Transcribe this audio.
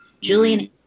Julian